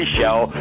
Show